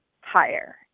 higher